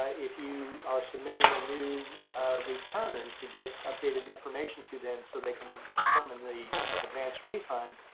ah if you are submitting a new return to get updated information to them so they can determine the advance refund,